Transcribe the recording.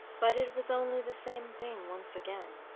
but it was only the same thing once again.